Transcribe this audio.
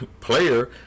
player